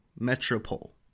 Metropole